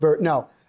no